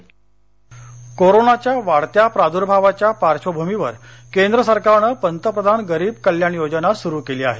कोल्हापर कोरोनाच्या वाढत्या प्रादूर्भावाच्या पार्श्वभूमीवर केंद्र सरकारनं पंतप्रधान गरीब कल्याणयोजना सुरू केली आहे